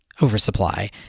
oversupply